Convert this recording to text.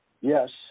Yes